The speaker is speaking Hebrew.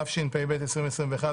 התשפ"ב-2021,